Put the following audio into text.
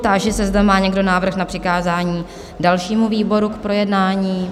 Táži se, zda má někdo návrh na přikázání dalšímu výboru k projednání?